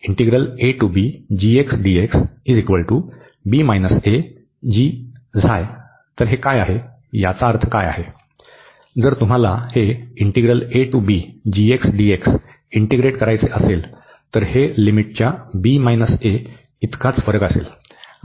तर हे काय आहे याचा अर्थ येथे काय आहे जर तुम्हाला हे इंटीग्रेट करायचे असेल तर हे लिमिटच्या इतकाच फरक असेल